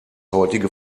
heutige